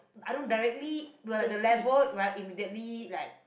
I don't directly we were at the level right immediately like